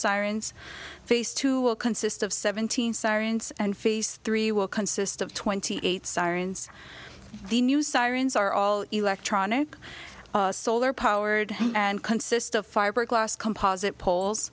sirens face to consist of seventeen sirens and phase three will consist of twenty eight sirens the new sirens are all electronic solar powered and consist of fiberglass composite poles